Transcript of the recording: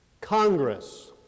Congress